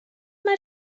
mae